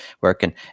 working